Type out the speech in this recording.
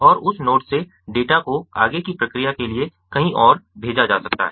और उस नोड से डेटा को आगे की प्रक्रिया के लिए कहीं और भेजा जा सकता है